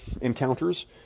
encounters